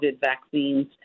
vaccines